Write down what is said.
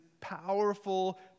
powerful